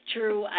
True